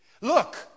Look